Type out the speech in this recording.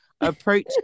approach